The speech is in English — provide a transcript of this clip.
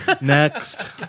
next